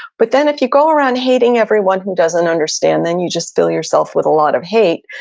but then if you go around hating everyone who doesn't understand, then you just fill yourself with a lot of hate.